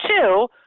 two